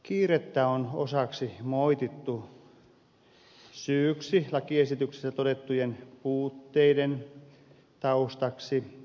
kiirettä on osaksi moitittu syyksi lakiesityksessä todettuihin puutteisiin